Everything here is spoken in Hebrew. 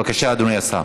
בבקשה, אדוני השר.